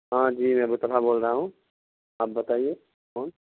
ہاں جی ابو طلحہ بول رہا ہوں آپ بتائیے کون